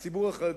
אצל הציבור החרדי,